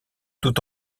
tout